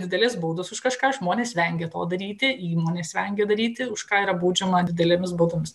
didelės baudos už kažką žmonės vengia to daryti įmonės vengia daryti už ką yra baudžiama didelėmis baudomis